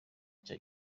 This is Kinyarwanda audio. cya